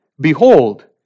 behold